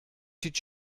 did